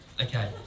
okay